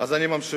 אז אני ממשיך.